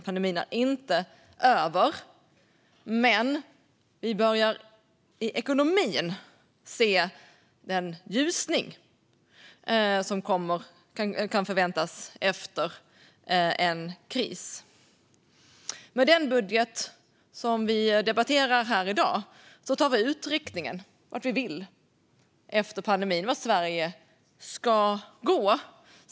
Pandemin är inte över, men i ekonomin börjar vi se den ljusning som kan förväntas efter en kris. Med den budget som vi debatterar här i dag tar vi ut riktningen vart vi vill efter pandemin och vart Sverige ska gå.